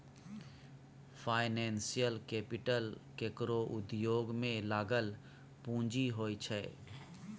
financial capital केकरो उद्योग में लागल पूँजी होइ छै